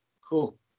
cool